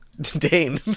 Dane